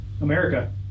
America